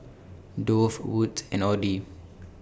Dove Wood's and Audi